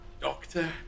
Doctor